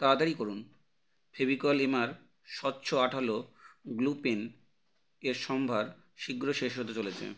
তাড়াতাড়ি করুন ফেভিকল এমআর স্বচ্ছ আঠালো গ্লু পেন এর সম্ভার শীঘ্র শেষ হতে চলেছে